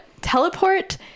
teleport